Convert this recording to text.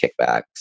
kickbacks